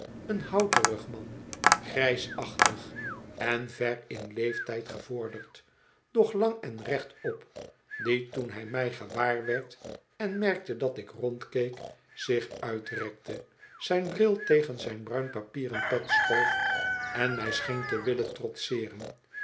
een houterig man grijsachtig en ver in leeftijd gevorderd doch lang en rechtop die toen hij mij gewaar werd en merkte dat ik rondkeek zich uitrekte zijn bril tegen zijn bruin papieren pet schoof en mij scheen te willen trotseeren